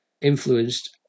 influenced